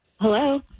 Hello